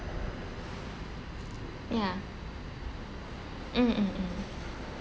yeah mm mm mm